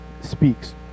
speaks